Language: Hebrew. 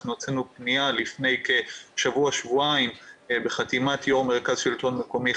אנחנו הוצאנו פנייה לפני כשבוע-שבועיים בחתימת יו"ר מרכז שלטון מקומי,